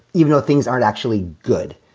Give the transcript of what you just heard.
even though things aren't actually good.